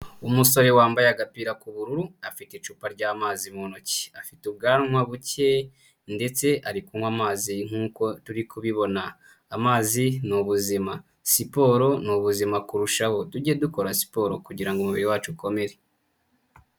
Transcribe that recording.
Umusore wambaye agapira k'ubururu afiteka icupa ry'amazi mu ntoki, afite ubwanwa buke ndetse ari kunywa amazi nk'uko turi kubibona. Amazi ni ubuzima, siporo ni ubuzima kurushaho, tujye dukora siporo kugira ngo umubiri wacu ukomere.